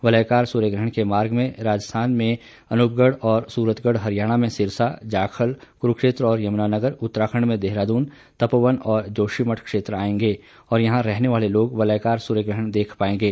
वलयाकार सूर्यग्रहण के मार्ग में राजस्थान में अनूपगढ़ और सूरतगढ़ हरियाणा में सिरसा जाखल कुरुक्षेत्र और यमुनानगर उत्तराखंड में देहरादून तपोवन और जोशीमठ क्षेत्र आएंगे और यहां रहने वाले लोग वलयाकार सूर्यग्रहण देख पाएंगे